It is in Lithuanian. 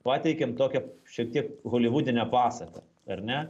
pateikėm tokią šiek tiek holivudinę pasaką ar ne